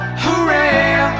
hooray